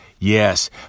Yes